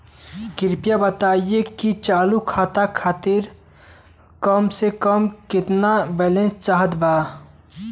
कृपया बताई कि चालू खाता खातिर कम से कम केतना बैलैंस चाहत बा